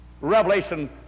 Revelation